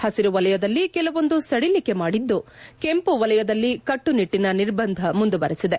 ಹಸಿರು ವಲಯದಲ್ಲಿ ಕೆಲವೊಂದು ಸಡಿಲಿಕೆ ಮಾಡಿದ್ದು ಕೆಂಪು ವಲಯದಲ್ಲಿ ಕಟ್ಟುನಿಟ್ಟಿನ ನಿರ್ಬಂಧ ಮುಂದುವರಿಸಿದೆ